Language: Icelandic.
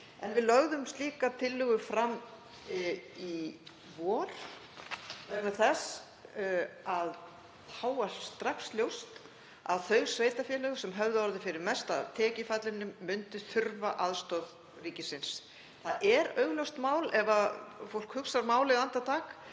Við lögðum slíka tillögu fram í vor vegna þess að þá var strax ljóst að þau sveitarfélög sem höfðu orðið fyrir mesta tekjufallinu myndu þurfa aðstoð ríkisins. Það er augljóst mál, ef fólk hugsar málið andartak,